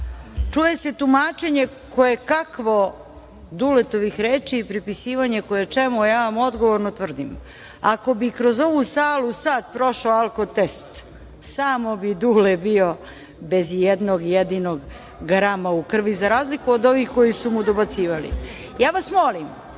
se tumačenje kojekakvo Duletovih reči i pripisivanje koje čemu, a ja vam odgovorno tvrdim da ako bi kroz ovu salu sad prošao alko test, samo bi Dule bio bez i jednog jedinog grama u krvi, za razliku od ovih koji su mu dobacivali. Ja vas molim,